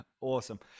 Awesome